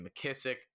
McKissick